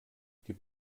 gib